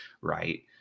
Right